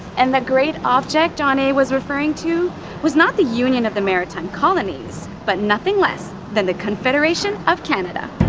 and the great object john a. was referring to was not the union of the maritime colonies, but nothing less than the confederation of canada.